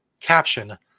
caption